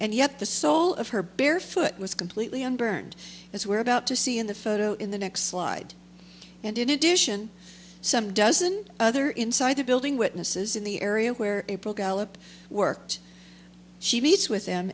and yet the sole of her bare foot was completely and burned as we're about to see in the photo in the next slide and edition some dozen other inside the building witnesses in the area where april gallup worked she meets with them